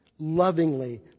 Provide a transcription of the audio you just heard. lovingly